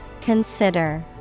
Consider